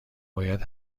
باید